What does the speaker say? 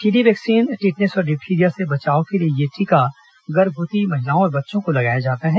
TD vaccine tetanus और diphtheria से बचाव के लिए ये टीका गर्भवती महिलाओं और बच्चों को लगाया जाता है